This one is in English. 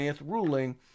ruling